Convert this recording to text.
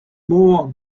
more